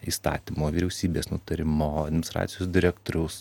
įstatymo vyriausybės nutarimo administracijos direktoriaus